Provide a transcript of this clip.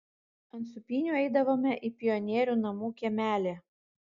ant sūpynių eidavome į pionierių namų kiemelį